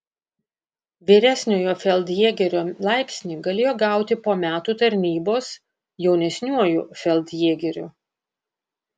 vyresniojo feldjėgerio laipsnį galėjo gauti po metų tarnybos jaunesniuoju feldjėgeriu